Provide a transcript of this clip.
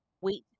wait